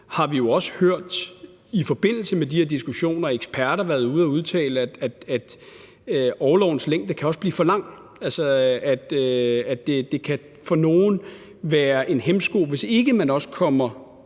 side også hørt i forbindelse med de her diskussioner, at eksperter har været ude at udtale, at orlovens længde også kan blive for lang. Altså, det kan for nogle være en hæmsko, hvis ikke man kommer